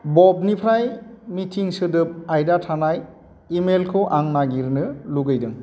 बबनिफ्राय meeting सोदोब आयदा थानाय इमैलखौ आं नागिरनो लुगैदों